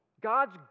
God's